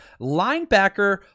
linebacker